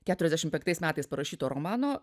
keturiasdešimt penktais metais parašyto romano